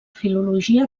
filologia